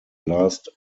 last